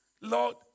Lord